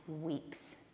weeps